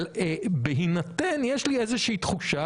אבל יש לי איזושהי תחושה,